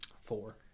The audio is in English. Four